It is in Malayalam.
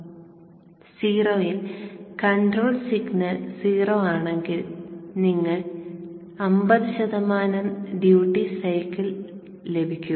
0 ൽ കൺട്രോൾ സിഗ്നൽ 0 ആണെങ്കിൽ നിങ്ങൾക്ക് 50 ശതമാനം ഡ്യൂട്ടി സൈക്കിൾ ലഭിക്കും